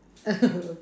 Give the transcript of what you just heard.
oh